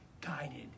guided